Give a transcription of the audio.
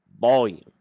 volume